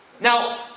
Now